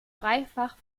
dreifach